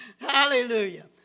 Hallelujah